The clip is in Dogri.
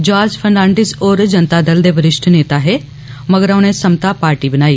जार्ज फर्नाडिस होर जनता दल दे विरिश्ठ नेता हे मगरा उनें समता पार्टी बनाई